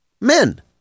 men